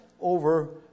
over